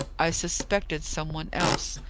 i suspected some one else.